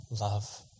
love